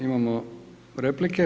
Imamo replike.